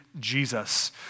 Jesus